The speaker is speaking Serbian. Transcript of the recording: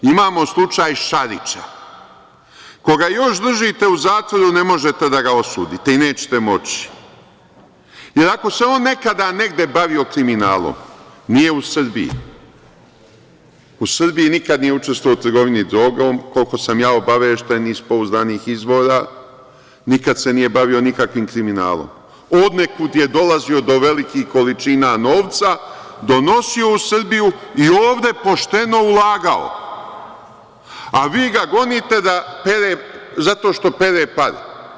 Imamo slučaj Šarića, koga još držite u zatvoru i ne možete da ga osudite i nećete moći, jer ako se on nekada negde bavio kriminalom, nije u Srbiji, u Srbiji nikada nije učestvovao u trgovini drogom, koliko sam ja obavešten iz pouzdanih izvora, nikad se nije bavio nikakvim kriminalom, odnekud je dolazio do velikih količina novca, donosio u Srbiju i ovde pošteno ulagao, a vi ga gonite zato što pere.